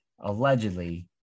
Allegedly